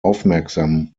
aufmerksam